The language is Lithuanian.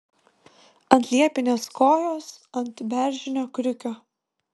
ant liepinės kojos ant beržinio kriukio